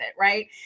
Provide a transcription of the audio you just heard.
Right